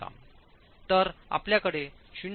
तर आपल्याकडे 0